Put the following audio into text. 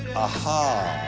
aha,